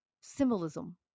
symbolism